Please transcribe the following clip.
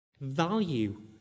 value